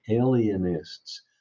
alienists